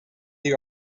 the